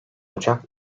ocak